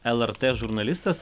lrt žurnalistas